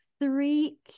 three